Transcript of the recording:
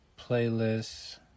playlists